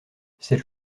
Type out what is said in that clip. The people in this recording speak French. cette